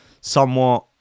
somewhat